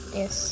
yes